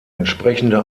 entsprechende